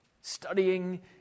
studying